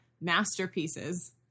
masterpieces